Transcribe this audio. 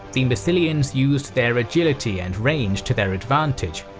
the massilians used their agility and range to their advantage,